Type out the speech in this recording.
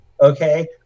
Okay